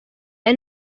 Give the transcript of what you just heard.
ari